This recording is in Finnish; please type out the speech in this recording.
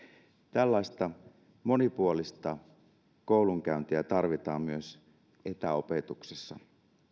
tällaista monipuolista koulunkäyntiä tarvitaan myös etäopetuksessa